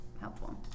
helpful